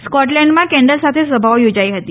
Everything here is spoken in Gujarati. સ્કોટલેન્ડમાં કેન્ડલ સાથે સભાઓ યોજાઇ હતી